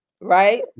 right